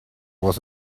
was